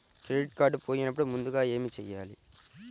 Credit card పోయినపుడు ముందుగా ఏమి చేయాలి?